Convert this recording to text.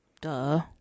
Duh